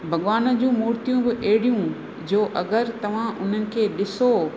भॻिवान जूं मुर्तियूं बि अहिड़ियूं जो अगरि तव्हां उन्हनि खे ॾिसो